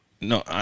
No